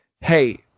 hey